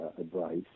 advice